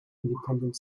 independent